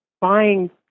buying